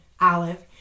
Olive